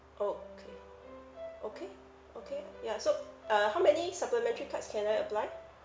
okay okay okay ya so uh how many supplementary cards can I apply